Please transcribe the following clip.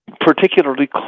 particularly